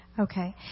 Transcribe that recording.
Okay